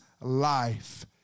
life